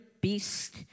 beast